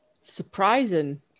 surprising